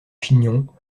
chignon